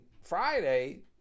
Friday